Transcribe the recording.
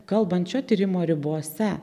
kalbant šio tyrimo ribose